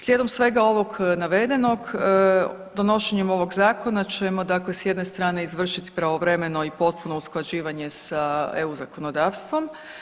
Slijedom svega ovog navedenog donošenjem ovog zakona ćemo s jedne strane izvršiti pravovremeno i potpuno usklađivanje sa eu zakonodavstvom.